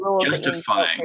justifying